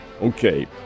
Okay